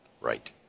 Right